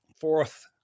fourth